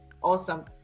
awesome